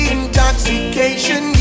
intoxication